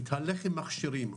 מתהלך עם מכשירים,